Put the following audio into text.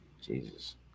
Jesus